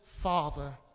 father